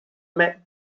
met